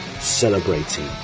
celebrating